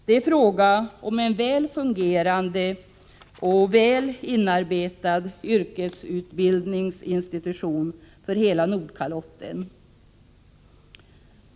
Det är fråga om en väl fungerande och väl inarbetad yrkesutbildningsinstitution för hela Nordkalotten.